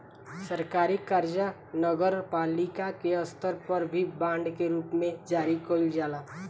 सरकारी कर्जा नगरपालिका के स्तर पर भी बांड के रूप में जारी कईल जाला